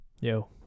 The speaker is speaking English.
Yo